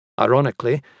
Ironically